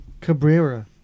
Cabrera